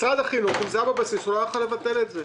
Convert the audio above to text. משרד החינוך לא היה יכול לבטל את זה.